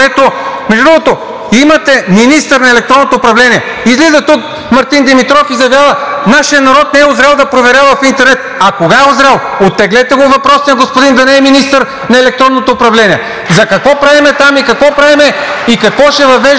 Между другото, имате министър на електронното управление. Излиза тук Мартин Димитров и заявява: „Нашият народ не е узрял да проверява в интернет.“ А кога е узрял? Оттеглете го въпросния господин да не е министър на електронното управление. За какво правим там и какво ще въвеждаме?